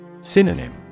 Synonym